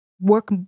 work